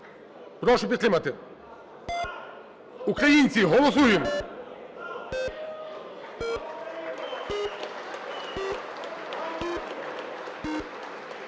Прошу підтримати. Українці, голосуємо!